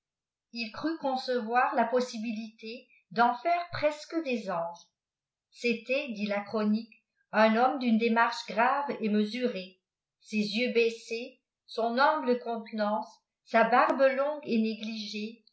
il crut concevoir la possibilité d'en faire presque des angeâ c'était dit la chronique un homme d'une démarche grave et oaesurée ses jeuï baissés j son humble mnlenance sa barbe longue et négligée